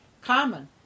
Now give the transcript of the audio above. common